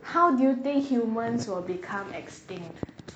how do you think humans will become extinct